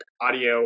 audio